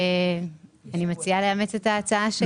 אני מציעה לאמץ את ההצעה שלי.